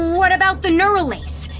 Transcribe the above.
what about the neural lace?